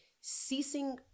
ceasing